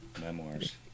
memoirs